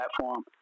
platform